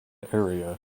area